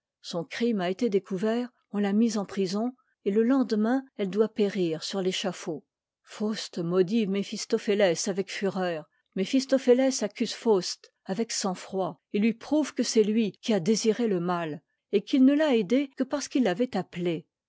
son crime a été découvert on l'a mise en prison et le lendemain elle doit périr sur i'échafaud faust maudit méphistophéiés avec fureur méphistophélès accuse faust avec sang-froid et lui prouve que c'est lui qui a désiré le mal et qu'il ne l'a aidé que parce qu'il l'avait appelé